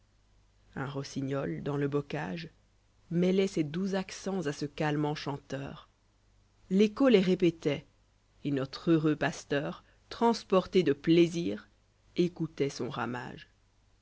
un rossignol dans le bocage mêloit ses doux accents à ce calme enchanteur l'écho les répétoit et notre heureux pasteur transporté de plaisir écoutoit son ramage